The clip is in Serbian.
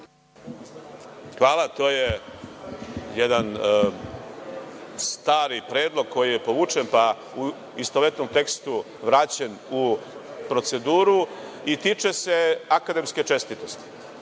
Hvala. To je jedan stari predlog koji je povučen, pa u istovetnom tekstu vraćen u proceduru i tiče se akademske čestitosti.